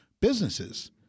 businesses